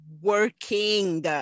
working